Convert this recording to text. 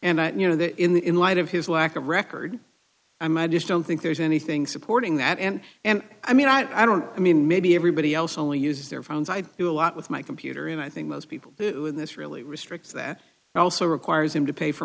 and you know that in light of his lack of record i just don't think there's anything supporting that and and i mean i don't i mean maybe everybody else only uses their phones i do a lot with my computer and i think most people in this really restricts that also requires him to pay for